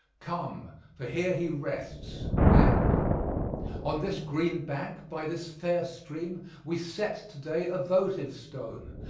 come, for here he rests, and on this green bank, by this fair stream, we set to-day a votive stone,